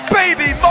baby